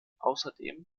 außerdem